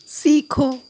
سیکھو